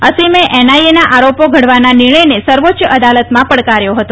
અસીમે એનઆઇએના આરોપો ઘડવાના નિર્ણયને સર્વોચ્ચ અદાલતમાં પડકાર્યો હતો